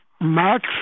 Max